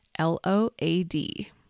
L-O-A-D